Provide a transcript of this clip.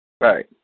Right